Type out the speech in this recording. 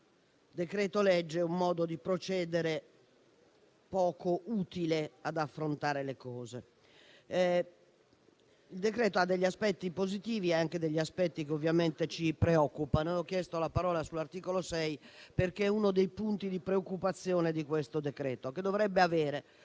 si tratta di un modo di procedere poco utile ad affrontare le cose. Il provvedimento ha degli aspetti positivi e anche degli aspetti che ovviamente ci preoccupano. Ho chiesto la parola sull'articolo 6 perché è uno dei punti di preoccupazione rispetto al decreto-legge in esame,